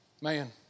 man